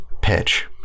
pitch